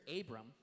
Abram